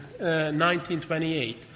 1928